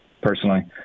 personally